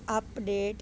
update